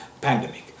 pandemic